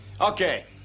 Okay